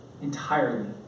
entirely